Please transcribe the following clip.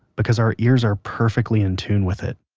because our ears are perfectly in tune with it,